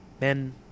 Men